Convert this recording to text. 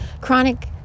chronic